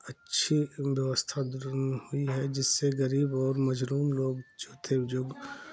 अच्छी व्यवस्था हुई है जिससे ग़रीब और मज़लूम लोग जो थे जो